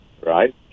right